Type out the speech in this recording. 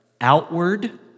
outward